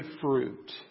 fruit